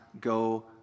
go